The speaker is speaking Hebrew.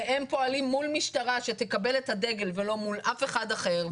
והם פועלים מול משטרה שתקבל את הדגל ולא מול אף אחד אחר.